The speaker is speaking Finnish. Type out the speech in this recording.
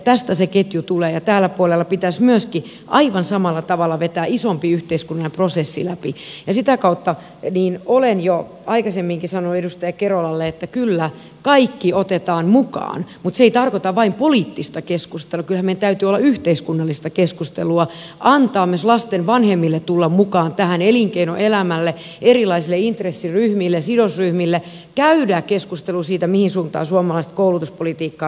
tästä se ketju tulee ja tällä puolella pitäisi myöskin aivan samalla tavalla vetää isompi yhteiskunnallinen prosessi läpi ja sitä kautta olen jo aikaisemminkin sanonut edustaja kerolalle että kyllä kaikki otetaan mukaan mutta se ei tarkoita vain poliittista keskustelua kyllähän meillä täytyy olla yhteiskunnallista keskustelua antaa myös lasten vanhemmille mahdollisuus tulla mukaan tähän elinkeinoelämälle erilaisille intressiryhmille sidosryhmille mahdollisuus käydä keskustelua siitä mihin suuntaan suomalaista koulutuspolitiikkaa viedään eteenpäin